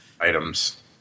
items